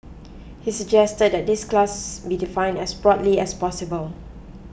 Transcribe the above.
he suggested that this class be defined as broadly as possible